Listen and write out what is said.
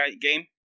game